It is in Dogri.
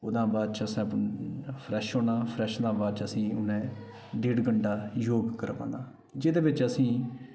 ओह्दे हा बाद च असें फ्रेश होना फ्रेश दे बाद च असें ई उ'नें डेढ़ घैंटा योग करवाना जेह्दे बिच असें ई